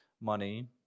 money